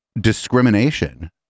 discrimination